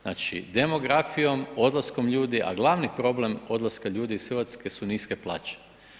Znači demografijom, odlaskom ljudi a glavni problem odlaska ljudi iz Hrvatske su niske plaće.